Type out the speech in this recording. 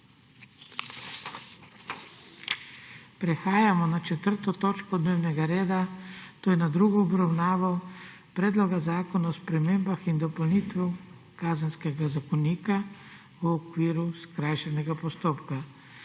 prekinjeno 4. točko dnevnega reda, to je s tretjo obravnavo predloga zakona o spremembah in dopolnitvah kazenskega zakonika v okviru skrajšanega postopka.